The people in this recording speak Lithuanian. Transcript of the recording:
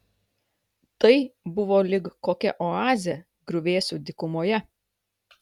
tai buvo lyg kokia oazė griuvėsių dykumoje